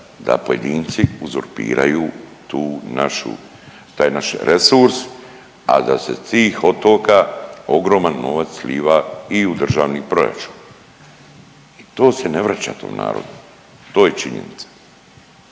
da pojedinci uzurpiraju tu našu, taj naš resurs, a da se s tih otoka ogroman novac sliva i u Državni proračun. To se ne vraća tom narodu, to je činjenica.